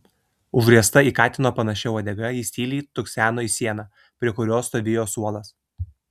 užriesta į katino panašia uodega jis tyliai tukseno į sieną prie kurios stovėjo suolas